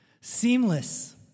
Seamless